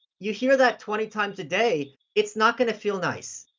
you hear that twenty times a day, it's not gonna feel nice.